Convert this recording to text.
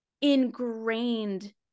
ingrained